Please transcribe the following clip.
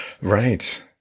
Right